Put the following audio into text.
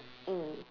mm